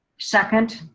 second,